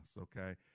okay